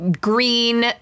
green